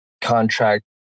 contract